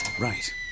right